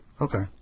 Okay